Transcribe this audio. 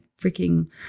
freaking